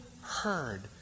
heard